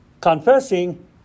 confessing